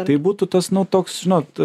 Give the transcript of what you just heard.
tai būtų tas nu toks žinot